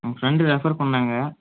நம்ம friend refer பண்ணாங்க